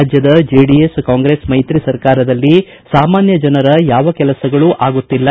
ರಾಜ್ಯದ ಜೆಡಿಎಸ್ ಕಾಂಗ್ರೆಸ್ ಮೈತ್ರಿ ಸರ್ಕಾರದಲ್ಲಿ ಸಾಮಾನ್ಯ ಜನರ ಯಾವ ಕೆಲಸಗಳೂ ಆಗುತ್ತಿಲ್ಲ